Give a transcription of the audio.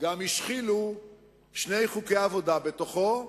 השחילו שני חוקי עבודה בתוכו,